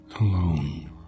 alone